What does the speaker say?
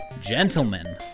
gentlemen